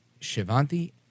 Shivanti